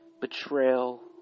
betrayal